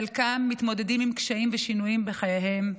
חלקם מתמודדים עם קשיים ושינויים בחייהם.